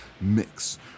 mix